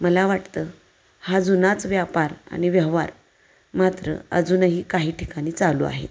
मला वाटतं हा जुनाच व्यापार आणि व्यवहार मात्र अजूनही काही ठिकाणी चालू आहे